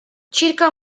circa